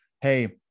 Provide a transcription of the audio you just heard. hey